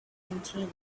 continued